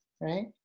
right